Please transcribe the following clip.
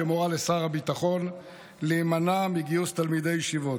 שמורה לשר הביטחון להימנע מגיוס תלמידי ישיבות.